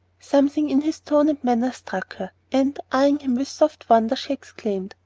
something in his tone and manner struck her, and, eyeing him with soft wonder, she exclaimed,